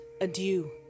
Adieu